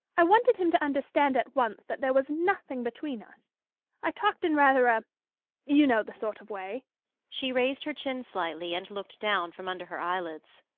i wanted him to understand at once that there was nothing between us i talked in rather a you know the sort of way she raised her chin slightly, and looked down from under her eyelids.